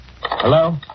Hello